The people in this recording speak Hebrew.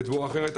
אחרת,